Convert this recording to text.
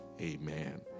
Amen